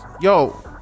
yo